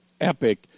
epic